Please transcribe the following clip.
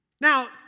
Now